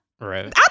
Right